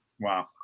Wow